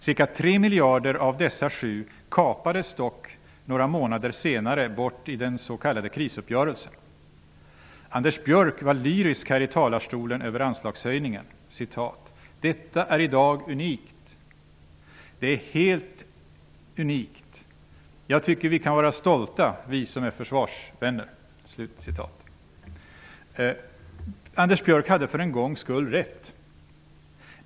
Ca 3 miljarder av dessa 7 kapades dock några månader senare bort i den s.k. krisuppgörelsen. Anders Björck var lyrisk här i talarstolen över anslagshöjningen: ''Detta är i dag unikt. Det är helt unikt. Jag tycker vi kan vara stolta, vi som är försvarsvänner.'' Anders Björck hade för en gångs skull rätt.